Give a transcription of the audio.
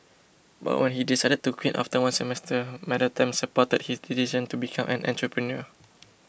but when he decided to quit after one semester Madam Tan supported his decision to become an entrepreneur